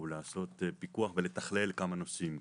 לעשות פיקוח ולתכלל כמה נושאים.